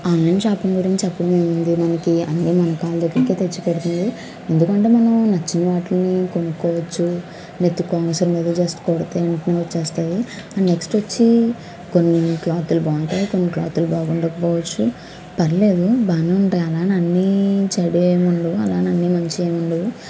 online shopping గురించి చెప్పడం ఏముంది మనకి అన్ని మన కాళ్ళ దగ్గరికి తెచ్చిపెడుతుంది ఎందుకంటే మనం నచ్చిన వాటిని కొనుక్కోవచ్చు లేకపోతే ఒక్క ఆన్సర్ మీద జస్ట్ కొడితే వెంటనే వస్తాయి నెక్స్ట్ వచ్చి కొన్ని క్లాత్లు బాగుంటాయి కొన్ని క్లాత్లు బాగుండకపోవచ్చు పర్లేదు బాగా ఉంటాయి అలా అని అన్నీ చెడ్డవి ఏమి ఉండవు అలా అని అన్నీ మంచివి ఏమి ఉండవు